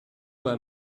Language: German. weil